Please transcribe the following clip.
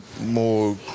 more